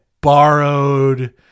borrowed